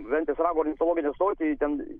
ventės rago ornitologinę stotį ten